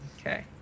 Okay